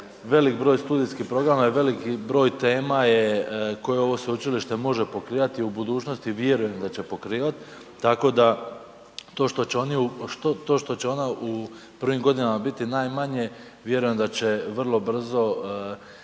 velik broj studijskih programa i veliki broj tema je koje ovo sveučilište može pokrivati, u budućnosti vjerujem da će pokrivat, tako da to što će oni, to što će ona u prvim godinama biti najmanje vjerujem da će vrlo brzo